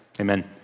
Amen